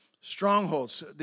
strongholds